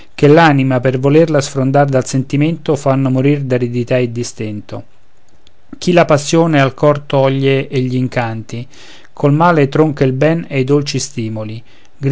che l'anima per volerla sfrondar dal sentimento fanno morir d'aridità di stento chi la passione al cor toglie e gl'incanti col male tronca il ben e i dolci stimoli